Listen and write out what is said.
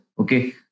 Okay